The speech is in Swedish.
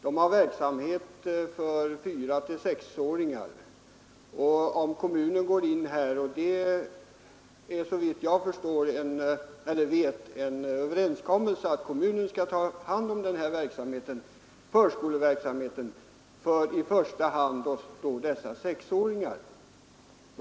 Dessa förskolor bedriver verksamhet för barn i åldern 4—6 år. Såvitt jag vet är det en överenskommelse att kommunen skall ta hand om förskoleverksamheten för i första hand sexåringar.